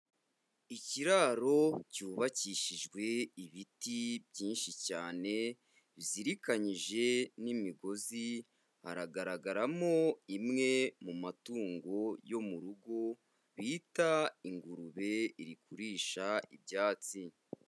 Ikiraro cyubakishijwe ibiti byinshi cyane bizirikanyije n'imigozi, hagaragaramo imwe mu matungo yo mu rugo bita ingurube iri kurisha ibyatsi.